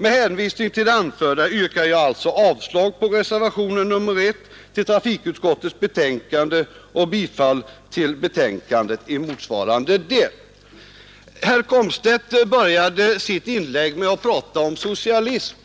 Med hänvisning till det anförda yrkar jag alltså avslag på reservationen 1 vid trafikutskottets betänkande och bifall till utskottets hemställan i motsvarande del. Herr Komstedt började sitt inlägg med att tala om socialism.